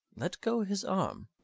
let go his arm.